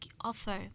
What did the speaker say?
offer